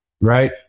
right